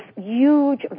huge